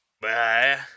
Bye